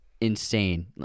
insane